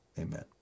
amen